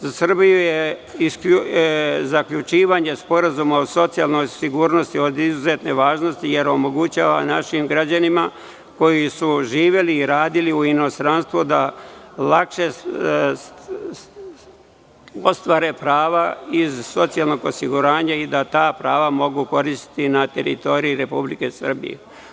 Za Srbiju je zaključivanje Sporazuma o socijalnoj sigurnosti od izuzetne važnosti, jer omogućava našim građanima koji su živeli i radili u inostranstvu da lakše ostvare prava iz socijalnog osiguranja i da ta prava mogu koristiti na teritoriji Republike Srbije.